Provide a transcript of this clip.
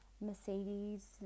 Mercedes